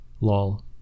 Lol